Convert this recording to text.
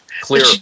Clear